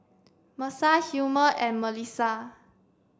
Mercer Hilmer and Melisa